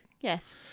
yes